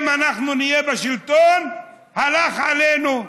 אם אנחנו נהיה בשלטון, הלך עלינו,